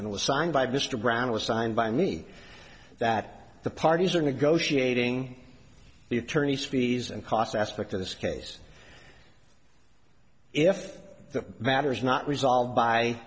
and was signed by mr brown was signed by me that the parties are negotiating the attorneys fees and costs aspect of this case if the matter is not resolved by